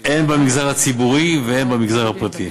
הן במגזר הציבורי והן במגזר הפרטי.